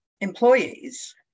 employees